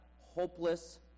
hopeless